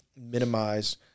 minimize